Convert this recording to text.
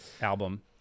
album